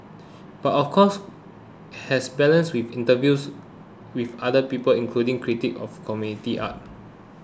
but of course has balanced with interviews with other people including critics of community art